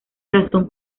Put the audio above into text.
gastón